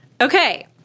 Okay